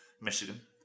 Michigan